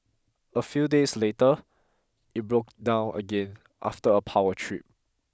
a few days later it broke down again after a power trip